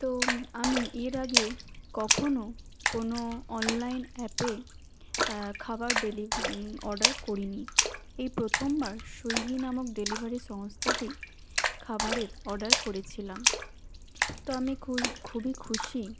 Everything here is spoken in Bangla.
তো আমি এর আগে কখনও কোনও অনলাইন অ্যাপে খাবার ডেলি অর্ডার করিনি এই প্রথমবার সুইগি নামক ডেলিভারি সংস্থাতেই খাবারের অর্ডার করেছিলাম তো আমি খুশ খুবই খুশি